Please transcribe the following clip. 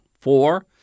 four